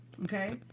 Okay